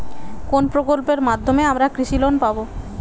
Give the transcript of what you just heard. কোন প্রকল্পের মাধ্যমে আমরা কৃষি লোন পাবো?